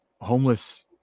homeless